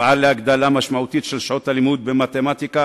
אפעל להגדלה משמעותית של שעות הלימוד במתמטיקה,